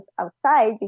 outside